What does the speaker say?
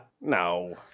no